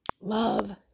Love